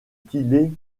tillet